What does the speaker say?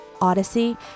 Odyssey